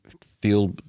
feel